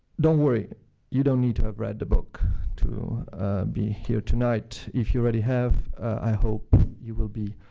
don't worry you don't need to have read the book to be here tonight. if you already have, i hope you will be